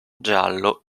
giallo